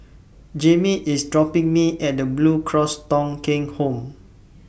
Jayme IS dropping Me At The Blue Cross Thong Kheng Home